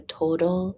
total